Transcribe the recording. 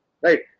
right